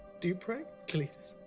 do you pray cletus?